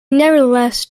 nevertheless